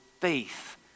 faith